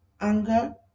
anger